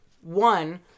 one